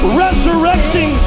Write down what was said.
resurrecting